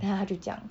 then 她就讲